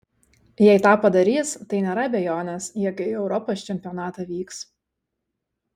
jei tą padarys tai nėra abejonės jog į europos čempionatą vyks